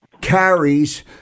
carries